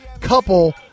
couple